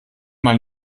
mal